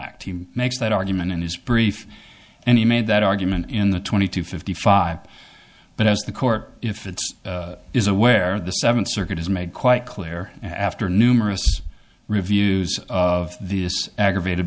act he makes that argument in his brief and he made that argument in the twenty two fifty five but as the court if it is aware of the seventh circuit is made quite clear after numerous reviews of the aggravated